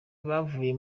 bavuye